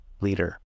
leader